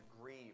grieve